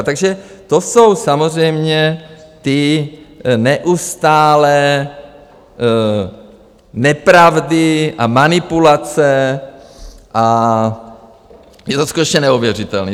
Takže to jsou samozřejmě ty neustálé nepravdy a manipulace a je to skutečně neuvěřitelné.